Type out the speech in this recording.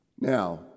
Now